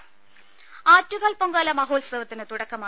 ദേദ ആറ്റുകാൽ പൊങ്കാല മഹോത്സവത്തിന് തുടക്കമായി